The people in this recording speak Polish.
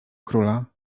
króla